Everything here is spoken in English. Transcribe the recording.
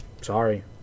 Sorry